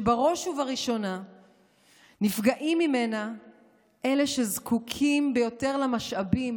שבראש ובראשונה נפגעים ממנה אלה שזקוקים ביותר למשאבים,